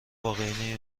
واقعی